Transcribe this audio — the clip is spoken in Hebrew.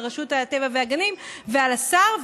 על רשות הטבע והגנים ועל השר,